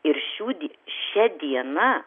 ir šių die šia diena